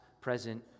present